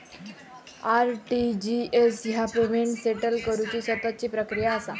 RTGS ह्या payment settle करुची सततची प्रक्रिया असा